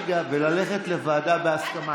וללכת לוועדה בהסכמה.